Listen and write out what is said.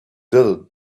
desert